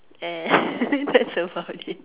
and that's about it